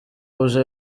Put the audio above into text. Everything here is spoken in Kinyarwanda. rouge